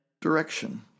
direction